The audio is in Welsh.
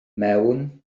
mewn